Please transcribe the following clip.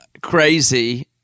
crazy